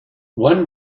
one